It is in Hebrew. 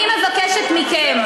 אני מבקשת מכם,